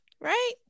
right